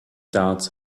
doubts